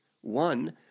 one